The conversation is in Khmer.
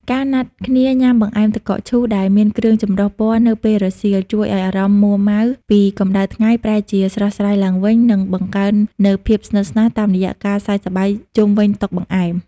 ការណាត់គ្នាញ៉ាំបង្អែមទឹកកកឈូសដែលមានគ្រឿងចម្រុះពណ៌នៅពេលរសៀល ជួយឱ្យអារម្មណ៍មួម៉ៅពីកម្ដៅថ្ងៃប្រែជាស្រស់ស្រាយឡើងវិញ និងបង្កើននូវភាពស្និទ្ធស្នាលតាមរយៈការសើចសប្បាយជុំវិញតុបង្អែម។